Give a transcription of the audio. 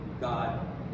God